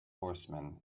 horseman